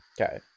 Okay